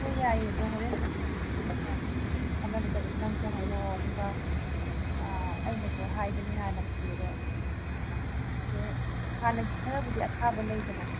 ꯍꯣꯏ ꯌꯥꯏꯌꯦ ꯑꯗꯣ ꯍꯣꯔꯦꯟ ꯑꯗꯨꯝ ꯑꯩꯈꯣꯏ ꯃꯌꯥꯝ ꯈꯟꯅꯕꯗꯁꯨ ꯅꯪꯁꯨ ꯍꯥꯏꯔꯛꯑꯣ ꯑꯗꯨꯒ ꯑꯩꯅꯁꯨ ꯍꯥꯏꯕꯅꯤ ꯍꯥꯟꯅꯕꯨꯗꯤ ꯑꯗꯣ ꯍꯧꯖꯤꯛꯁꯦ ꯍꯥꯟꯅꯒꯤ ꯈꯔꯕꯨꯗꯤ ꯑꯊꯥꯕ ꯂꯩꯗꯅ